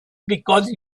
because